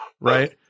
right